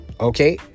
Okay